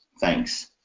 thanks